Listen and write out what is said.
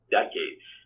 decades